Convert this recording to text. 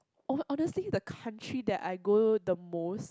ho~ honestly the country that I go the most